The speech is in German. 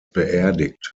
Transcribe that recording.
beerdigt